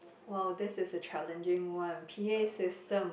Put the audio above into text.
!wow! this is a challenging one P_A system